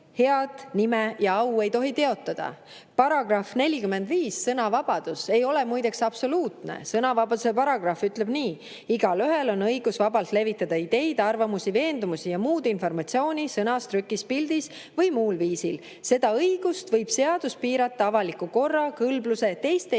head nime ei tohi teotada. Sõnavabadus ei ole muideks absoluutne, sõnavabaduse paragrahv, § 45 ütleb nii: "Igaühel on õigus vabalt levitada ideid, arvamusi, veendumusi ja muud informatsiooni sõnas, trükis, pildis või muul viisil. Seda õigust võib seadus piirata avaliku korra, kõlbluse, teiste inimeste